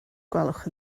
gwelwch